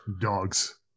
dogs